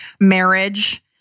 marriage